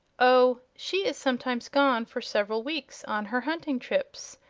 oh, she is sometimes gone for several weeks on her hunting trips,